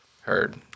Heard